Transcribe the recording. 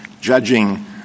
judging